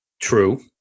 True